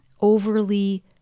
overly